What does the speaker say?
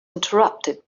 interrupted